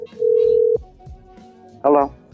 Hello